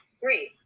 Great